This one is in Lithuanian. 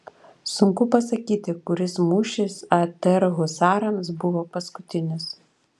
sunku pasakyti kuris mūšis atr husarams buvo paskutinis